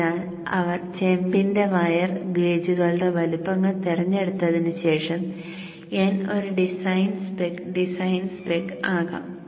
അതിനാൽ അവർ ചെമ്പിന്റെ വയർ ഗേജുകളുടെ വലുപ്പങ്ങൾ തിരഞ്ഞെടുത്തതിന് ശേഷം n ഒരു ഡിസൈൻ സ്പെക് ഡിസൈനർ സ്പെക് ആകാം